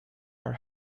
are